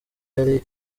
yari